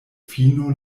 fino